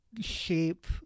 shape